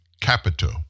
Capito